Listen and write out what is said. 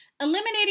Eliminating